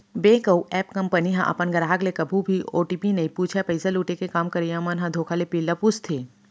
bank अउ app company ह अपन गराहक ले कभू भी ओ.टी.पी नइ पूछय, पइसा लुटे के काम करइया मन ह धोखा ले पिन ल पूछथे